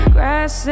Grass